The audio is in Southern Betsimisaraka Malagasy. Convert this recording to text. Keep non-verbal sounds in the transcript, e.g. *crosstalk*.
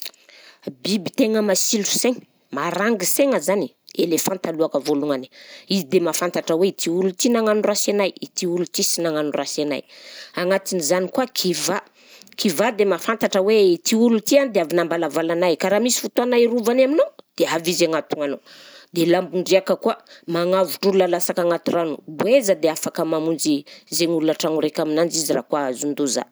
*noise* Biby tena masilo saigna, marangin-saigna zany, elefanta aloha ka voalohany, izy de mahafantatra hoe ity olona ity nagnano rasy anay, ity olona ity sy nagnano rasy agnay, agnatin'izany koa kivà, kivà de mahafantatra hoe ity olona ity a dia avy nambalavala anay ka raha misy fotoana iarovany aminao dia avy izy hagnatona anao, de lambondriaka koa magnavotra olona lasaka agnaty rano, boeza dia afaka mamonjy izay olona tragno raika aminanjy izy raha koa azon-doza.